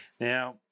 Now